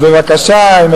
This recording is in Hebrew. אז בבקשה, אם